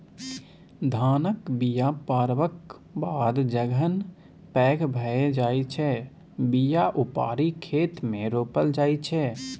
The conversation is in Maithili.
धानक बीया पारबक बाद जखन पैघ भए जाइ छै बीया उपारि खेतमे रोपल जाइ छै